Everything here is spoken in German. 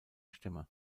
stimme